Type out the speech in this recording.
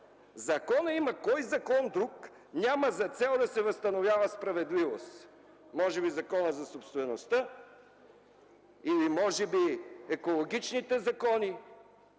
Кой друг закон няма за цел да се възстановява справедливост? Може би Законът за собствеността, или може би екологичните закони?